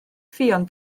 ffion